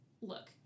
Look